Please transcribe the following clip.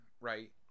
right